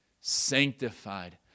sanctified